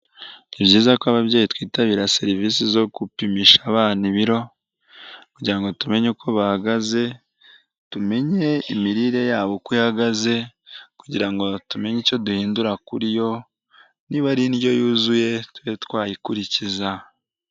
Ni byiza ko ababyeyi twitabira serivisi zo gupimisha abana ibiro kugirango tumenye uko bahagaze, tumenye imirire yabo uko ihagaze kugira ngo tumenye icyo duhindura kuri yo niba ari indyo yuzuye tube twayikurikiza.